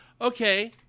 okay